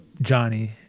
Johnny